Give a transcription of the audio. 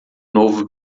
novo